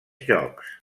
jocs